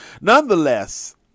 Nonetheless